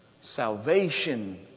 Salvation